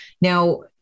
Now